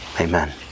Amen